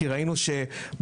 כי ראינו שבערך,